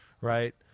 Right